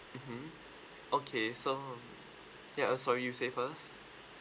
mmhmm okay so ya uh sorry you say first